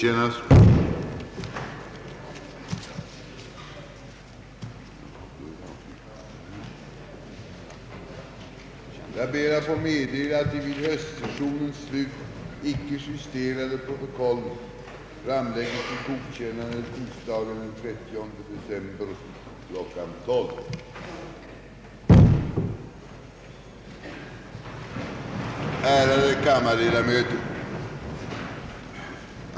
Ärade kammarledamöter!